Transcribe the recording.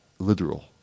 literal